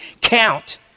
count